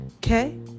Okay